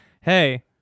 Hey